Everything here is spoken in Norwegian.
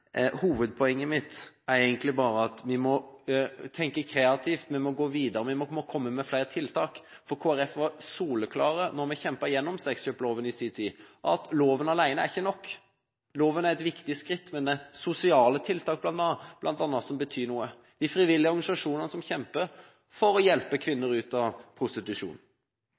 Hovedpoenget mitt er egentlig bare at vi må tenke kreativt, gå videre og komme med flere tiltak. Kristelig Folkeparti var soleklare da vi kjempet gjennom sexkjøploven i sin tid på at loven alene ikke er nok. Loven er et viktig skritt, men det er bl.a. sosiale tiltak som betyr noe, f.eks. de frivillige organisasjonene som kjemper for å hjelpe kvinner ut av prostitusjon.